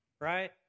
Right